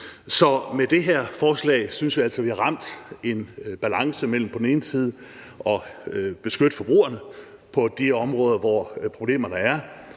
Så med det her forslag synes vi altså, vi har ramt en balance mellem på den ene side at beskytte forbrugerne på de områder, hvor problemerne er,